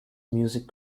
music